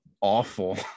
awful